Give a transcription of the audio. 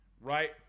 right